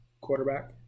quarterback